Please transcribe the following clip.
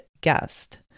guest